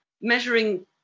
measuring